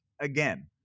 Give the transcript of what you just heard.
Again